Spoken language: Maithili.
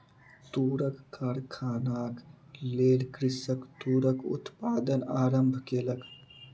तूरक कारखानाक लेल कृषक तूरक उत्पादन आरम्भ केलक